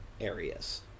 areas